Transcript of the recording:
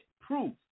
proof